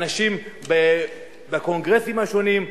אנשים בקונגרסים השונים,